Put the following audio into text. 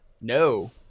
No